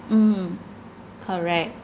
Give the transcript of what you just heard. mm correct